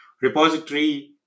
repository